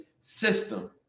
system